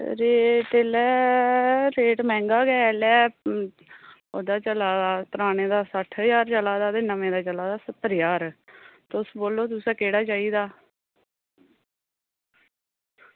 त rate rate मैहंगा गै ते ओह्दा चला दा पराने दा सट्ठ ज्हार चला दा ते नमें दा चला दा सत्तर ज्हार तुस बोल्लो तुसें केह्ड़ा चाहिदा